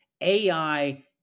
AI